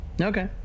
Okay